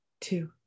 two